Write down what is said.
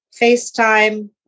FaceTime